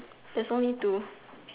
there's only two